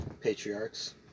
patriarchs